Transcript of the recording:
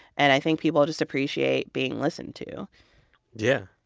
and i think people just appreciate being listened to yeah.